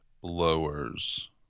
blowers